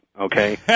Okay